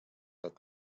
that